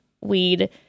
weed